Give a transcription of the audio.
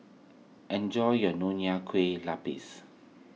enjoy your Nonya Kueh Lapis